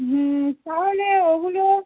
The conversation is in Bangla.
হুম তাহলে ওগুলো